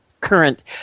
current